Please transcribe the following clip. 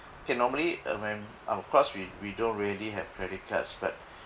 okay normally uh when uh cause we we don't really have credit cards but